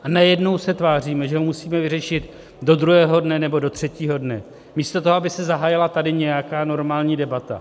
A najednou se tváříme, že to musíme vyřešit do druhého nebo do třetího dne místo toho, aby se zahájila tady nějaká normální debata.